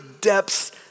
depths